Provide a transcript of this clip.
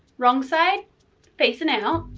wrong side facing out,